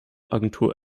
agentur